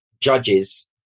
judges